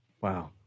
Wow